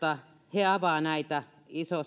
he avaavat näitä